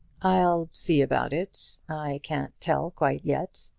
i'll see about it. i can't tell quite yet.